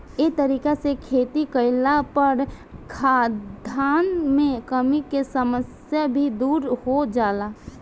ए तरीका से खेती कईला पर खाद्यान मे कमी के समस्या भी दुर हो जाला